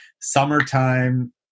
Summertime